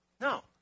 No